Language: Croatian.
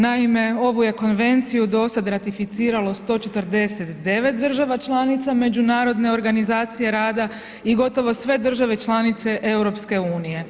Naime, ovu je Konvenciju do sada ratificiralo 149 država članica Međunarodne organizacije rada i gotovo sve države članice EU.